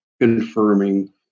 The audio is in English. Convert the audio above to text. confirming